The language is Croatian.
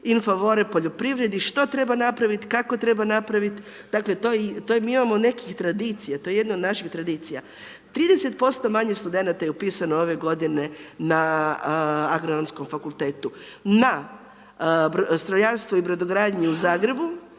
in favore o poljoprivredi, što treba napraviti, kako treba napraviti, dakle mi imamo nekih tradicija, to je jedno od naših tradicija. 30% manje studenata je upisano ove godine na Agronomskom fakultetu, na strojarstvu i brodogradnji u Zagrebu